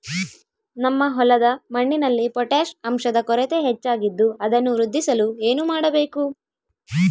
ನಮ್ಮ ಹೊಲದ ಮಣ್ಣಿನಲ್ಲಿ ಪೊಟ್ಯಾಷ್ ಅಂಶದ ಕೊರತೆ ಹೆಚ್ಚಾಗಿದ್ದು ಅದನ್ನು ವೃದ್ಧಿಸಲು ಏನು ಮಾಡಬೇಕು?